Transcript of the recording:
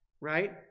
right